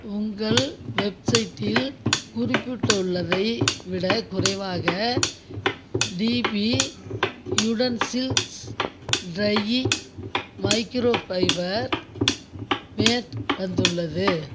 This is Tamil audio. உங்கள் வெப்சைட்டில் குறிப்பிட்டுள்ளதை விடக் குறைவாக டிபி யுடன்சில்ஸ் ட்ரையிங் மைக்ரோஃபைபர் மேட் வந்துள்ளது